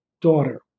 daughter